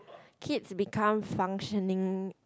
kids become functioning